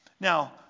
Now